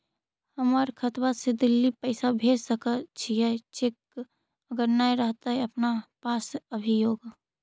हमर खाता से दिल्ली पैसा भेज सकै छियै चेक अगर नय रहतै अपना पास अभियोग?